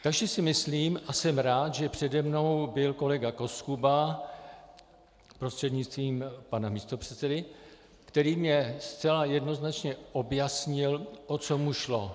Takže si myslím a jsem rád, že přede mnou byl pan kolega Koskuba, prostřednictvím pana místopředsedy, který mně zcela jednoznačně objasnil, o co mu šlo.